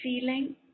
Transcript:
feeling